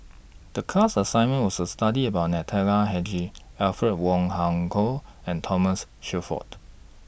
The class assignment was to study about Natalie Hennedige Alfred Wong Hong Kwok and Thomas Shelford